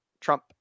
Trump